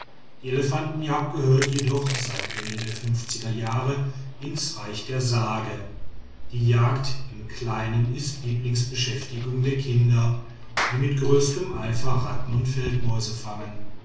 die elefantenjagd gehört jedoch seit ende der fünfziger jahre ins reich der sage die jagd im kleinen ist lieblingsbeschäftigung der kinder die mit größtem eifer ratten und feldmäuse fangen